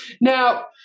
Now